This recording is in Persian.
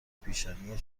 پیشانی